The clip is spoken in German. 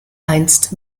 einst